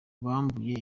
bambuye